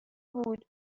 بود